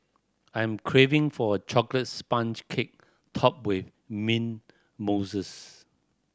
I'm craving for a chocolates sponge cake topped with mint mousse